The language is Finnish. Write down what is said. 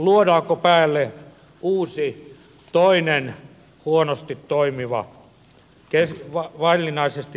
luodaanko päälle uusi toinen vaillinaisesti toimiva järjestelmä